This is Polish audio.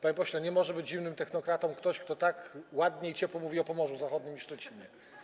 Panie pośle, nie może być zimnym technokratą ktoś, kto tak ładnie i ciepło mówi o Pomorzu Zachodnim i Szczecinie.